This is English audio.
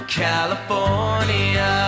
california